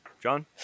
John